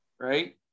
right